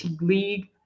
league